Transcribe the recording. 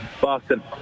Boston